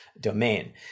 domain